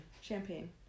champagne